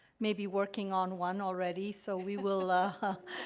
may be working on one already. so, we will, ah